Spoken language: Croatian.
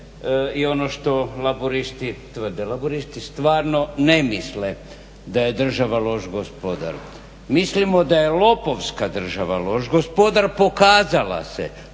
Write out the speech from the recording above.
i ono što laburisti tvrde. Laburisti stvarno ne misle da je država loš gospodar. Mislimo da je lopovska država loš gospodar, pokazala se